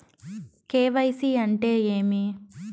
KYC అంటే ఏమి?